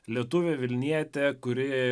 lietuvė vilnietė kuri